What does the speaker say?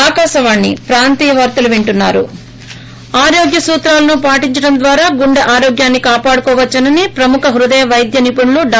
break ఆరోగ్య సూత్రాలను పాటించడం ద్వారా గుండె ఆరోగ్యాన్ని కాపాడుకోవచ్చని ప్రముఖ హృదయ వైద్య నిపుణులు డా